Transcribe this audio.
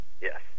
Yes